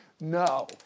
No